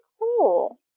cool